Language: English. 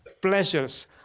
pleasures